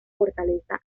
fortaleza